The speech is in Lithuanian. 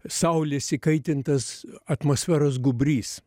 saulės įkaitintas atmosferos gūbrys